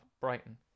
Brighton